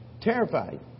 terrified